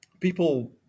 people